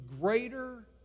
greater